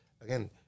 again